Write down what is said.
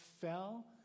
fell